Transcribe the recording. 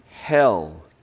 Hell